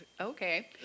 okay